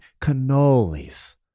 cannolis